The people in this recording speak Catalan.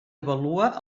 avalua